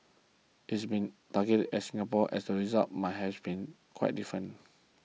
it has been targeted at Singapore as results might have been quite different